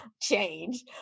change